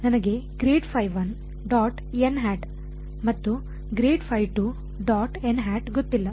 ನನಗೆ 𝛻Φ1․n̂ ಮತ್ತು 𝛻Φ2․n̂ ಗೊತ್ತಿಲ್ಲ